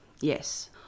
Yes